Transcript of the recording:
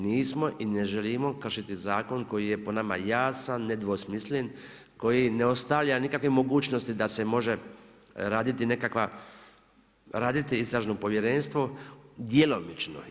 Nismo i ne želimo kršiti zakon koji je po nama jasan, nedvosmislen, koji ne ostavlja nikakve mogućnosti da se može raditi nekakvo istražno povjerenstvo, djelomični.